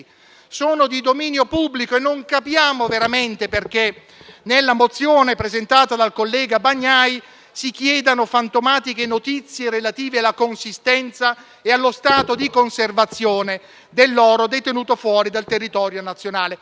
di dominio pubblico e non capiamo veramente perché nella mozione presentata dal collega Bagnai si chiedano fantomatiche notizie relative alla consistenza e allo stato di conservazione dell'oro detenuto fuori dal territorio nazionale.